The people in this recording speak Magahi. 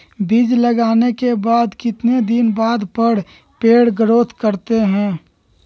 बीज लगाने के बाद कितने दिन बाद पर पेड़ ग्रोथ करते हैं?